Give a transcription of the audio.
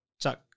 Chuck